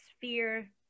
fear